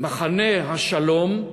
מחנה השלום,